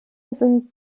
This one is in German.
sind